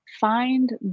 find